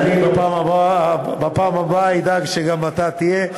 אני בפעם הבאה אדאג שגם אתה תהיה.